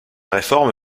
réforme